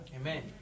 Amen